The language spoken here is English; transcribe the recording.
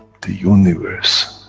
the universe